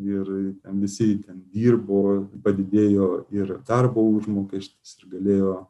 ir ten visi ten dirbo padidėjo ir darbo užmokestis ir galėjo